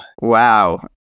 wow